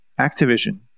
Activision